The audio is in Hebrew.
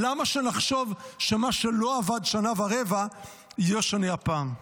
למה שנחשוב שמה שלא עבד שנה ורבע יהיה שונה הפעם?